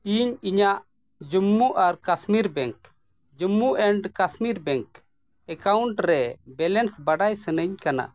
ᱤᱧ ᱤᱧᱟᱜ ᱨᱮ ᱵᱟᱰᱟᱭ ᱥᱟᱱᱟᱧ ᱠᱟᱱᱟ